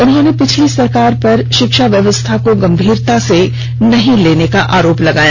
उन्होंने पिछली सरकार पर शिक्षा व्यवस्था को गंभीरता से नहीं लेने का आरोप लगाया